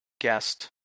guest